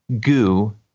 goo